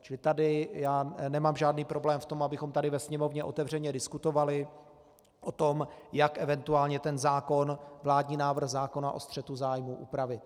Čili tady nemám žádný problém v tom, abychom tady ve Sněmovně otevřeně diskutovali o tom, jak eventuálně vládní návrh zákona o střetu zájmů upravit.